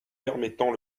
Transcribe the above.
permettant